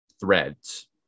threads